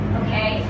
okay